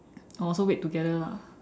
oh so wait together lah